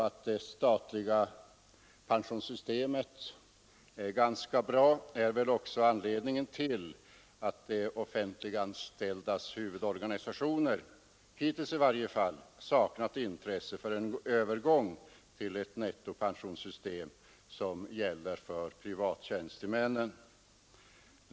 Att det statliga pensionssystemet är ganska bra är väl också anledningen till att de offentliganställdas huvudorganisationer i varje fall hittills saknat intresse för övergång till ett nettopensionssystem av den typ som gäller för privattjänstemännen.